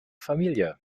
familie